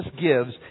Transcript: gives